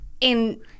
in-